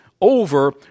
over